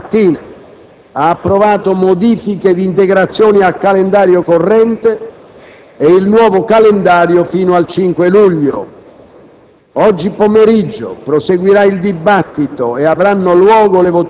La Conferenza dei Capigruppo, riunitasi questa mattina, ha approvato modifiche ed integrazioni al calendario corrente e il nuovo calendario fino al 5 luglio.